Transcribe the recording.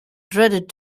dreaded